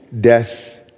death